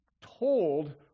told